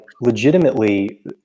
legitimately